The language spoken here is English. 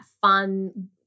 fun